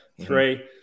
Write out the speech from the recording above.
three